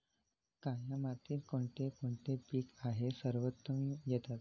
काया मातीत कोणते कोणते पीक आहे सर्वोत्तम येतात?